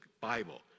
Bible